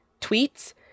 tweets